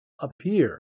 appear